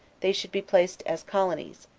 they should be placed as colonies,